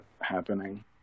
happening